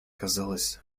казалось